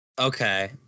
Okay